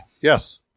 Yes